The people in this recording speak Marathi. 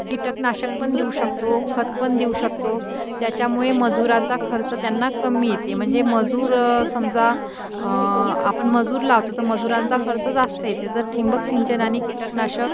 कीटकनाशक पण देऊ शकतो खत पण देऊ शकतो त्याच्यामुळे मजुराचा खर्च त्यांना कमी येते म्हणजे मजूर समजा आपण मजूर लावतो तर मजुरांचा खर्च जास्त येते जर ठिबक सिंचन आणि कीटकनाशक